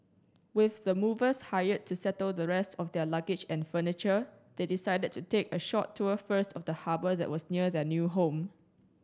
with the movers hired to settle the rest of their luggage and furniture they decided to take a short tour first of the harbour that was near their new home